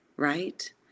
Right